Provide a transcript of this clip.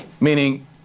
Meaning